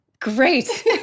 Great